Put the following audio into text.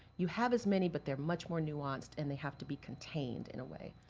you have as many, but they are much more nuanced and they have to be contained, in a way.